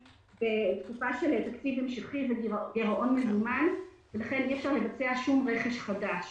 בתקציב המשכי וגירעון של מזומן ולכן אי אפשר לבצע שום רכש חדש.